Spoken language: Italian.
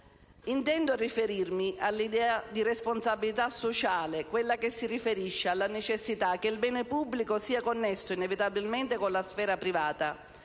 Intendo riferirmi all'idea di responsabilità sociale, quella che si riferisce alla necessità che il bene pubblico sia connesso inevitabilmente con la sfera privata